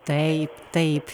taip taip